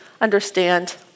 understand